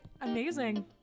Amazing